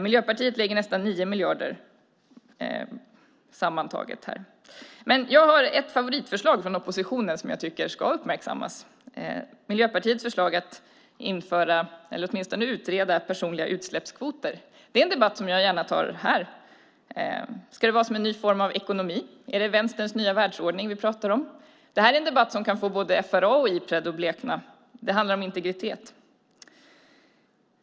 Miljöpartiet lägger nästan 9 miljarder sammantaget. Jag har ett favoritförslag från oppositionen som jag tycker ska uppmärksammas. Det är Miljöpartiets förslag att införa eller åtminstone utreda personliga utsläppskvoter. Det är en debatt som jag gärna tar här. Ska det vara en ny form av ekonomi? Är det vänsterns nya världsordning vi pratar om? Det här är en debatt som kan få både FRA och Ipred att blekna. Det handlar om integritet.